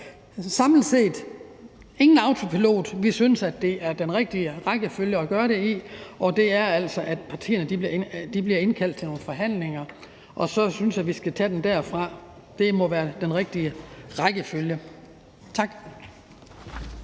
har vi ingen autopilot. Vi synes altså, den rigtige rækkefølge at gøre det i er, at partierne bliver indkaldt til nogle forhandlinger, og så synes jeg, vi skal tage den derfra. Det må være den rigtige rækkefølge. Tak.